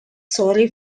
sorry